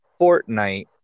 Fortnite